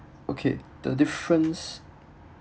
okay the difference